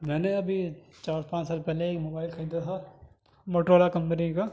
میں نے ابھی چار پانچ سال پہلے ایک موبائل خریدا تھا موٹورولا کمپنی کا